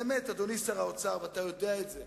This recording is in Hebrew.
באמת, אדוני שר האוצר, ואתה יודע את זה,